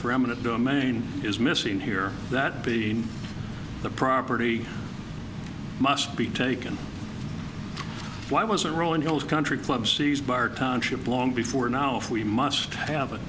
for eminent domain is missing here that being the property must be taken why was it rolling hills country club series bart township long before now if we must have it